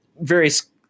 various